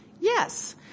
Yes